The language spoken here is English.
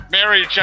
Mary